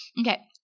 Okay